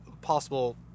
possible